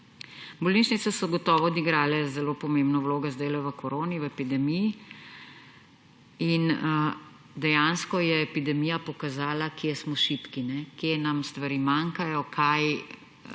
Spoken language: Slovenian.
Bolnišnice so gotovo odigrale zelo pomembno vlogo sedaj v koroni, v epidemiji. Dejansko je epidemija pokazala, kje smo šibki, kje nam stvari manjkajo, v kaj